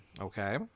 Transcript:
Okay